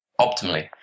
optimally